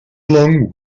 long